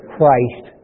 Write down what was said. Christ